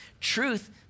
Truth